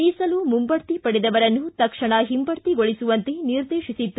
ಮೀಸಲು ಮುಂಬಡ್ತಿ ಪಡೆದವರನ್ನು ತಕ್ಷಣ ಹಿಂಬಡ್ತಿಗೊಳಿಸುವಂತೆ ನಿರ್ದೇಶಿಸಿತ್ತು